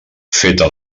feta